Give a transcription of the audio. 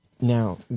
Now